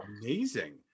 amazing